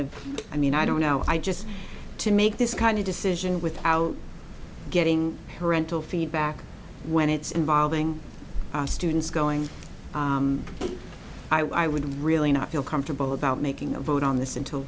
and i mean i don't know i just to make this kind of decision without getting her rental feedback when it's involving students going i would really not feel comfortable about making a vote on this until